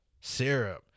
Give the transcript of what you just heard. syrup